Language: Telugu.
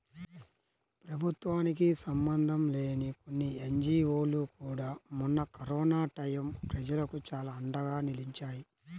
ప్రభుత్వానికి సంబంధం లేని కొన్ని ఎన్జీవోలు కూడా మొన్న కరోనా టైయ్యం ప్రజలకు చానా అండగా నిలిచాయి